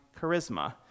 charisma